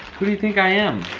who do you think i am?